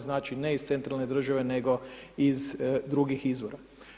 Znači ne iz centralne države nego iz drugih izvora.